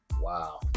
Wow